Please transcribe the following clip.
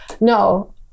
No